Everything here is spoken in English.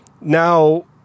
Now